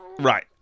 Right